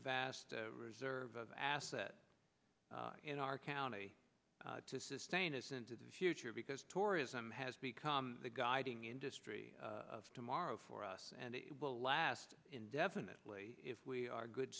vast reserve of assets in our county to sustain us into the future because tourism has become the guiding industry of tomorrow for us and it will last indefinitely if we are good